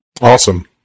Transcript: Awesome